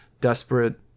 desperate